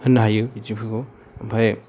होननो हायो बिदिफोरखौ ओमफ्राय